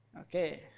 Okay